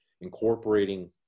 incorporating